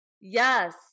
Yes